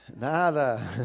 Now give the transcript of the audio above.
Nada